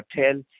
Hotel